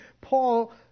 Paul